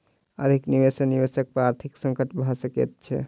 अधिक निवेश सॅ निवेशक पर आर्थिक संकट भ सकैत छै